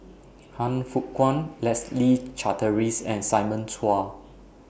Han Fook Kwang Leslie Charteris and Simon Chua